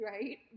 right